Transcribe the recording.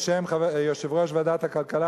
בשם יושב-ראש ועדת הכלכלה,